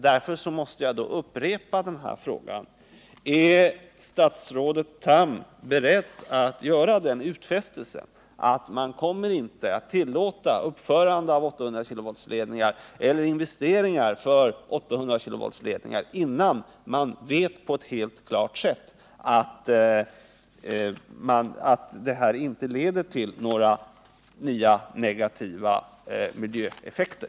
Därför måste jag upprepa frågan: Är statsrådet Tham beredd att göra den utfästelsen att man inte kommer att tillåta uppförandet av 800-kV-ledningar eller investeringar för 800-kV-ledningar, innan man helt säkert vet att det här inte leder till några nya negativa miljöeffekter?